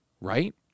right